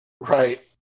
Right